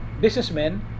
businessmen